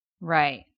Right